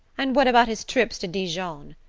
and what about his trips to dijon?